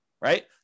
right